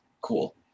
cool